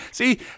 See